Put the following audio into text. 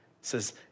says